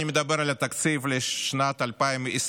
אני מדבר על התקציב לשנת 2024,